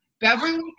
Beverly